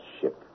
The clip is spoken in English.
ship